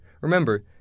Remember